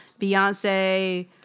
Beyonce